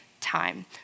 time